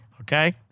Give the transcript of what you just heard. Okay